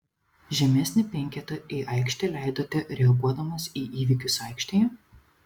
žemesnį penketą į aikštę leidote reaguodamas į įvykius aikštėje